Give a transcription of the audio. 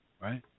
right